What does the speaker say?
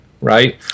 right